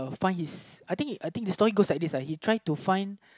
find his I think I think the story goes like this lah he try to find